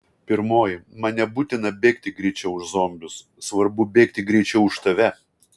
pirmoji man nebūtina bėgti greičiau už zombius svarbu bėgti greičiau už tave